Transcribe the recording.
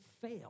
fail